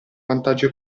vantaggio